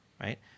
right